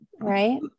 Right